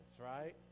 right